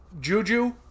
juju